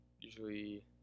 usually